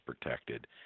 protected